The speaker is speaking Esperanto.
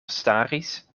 staris